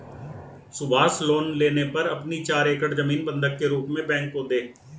Subhash loan लेने पर अपनी चार एकड़ जमीन बंधक के रूप में बैंक को दें